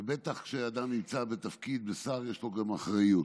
ובטח כשאדם נמצא בתפקיד שר ויש לו גם אחריות,